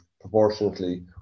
proportionately